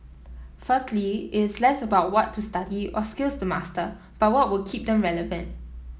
firstly it's less about what to study or skills to master but what would keep them relevant